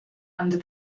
under